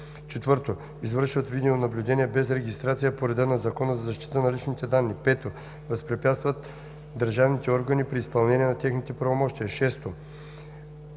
тях; 4. извършват видеонаблюдение без регистрация по реда на Закона за защита на личните данни; 5. възпрепятстват държавните органи при изпълнение на техните правомощия; 6.